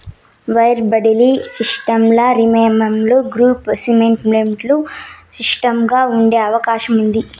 wire బడిలీ సిస్టమ్ల real time gross settlement సిస్టముగా ఉండే అవకాశం ఉండాది